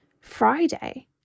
Friday